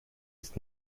ist